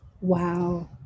Wow